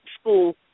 school